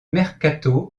mercato